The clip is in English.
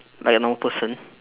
like a normal person